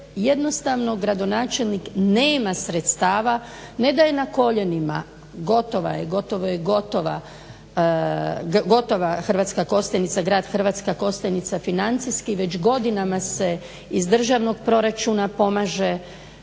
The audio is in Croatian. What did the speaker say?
jednostavno gradonačelnik nema sredstava, ne da je na koljenima, gotovo je gotova Hrvatske Kostajnica, grad Hrvatska Kostajnica financijski već godinama se iz državnog proračuna pomaže opstanku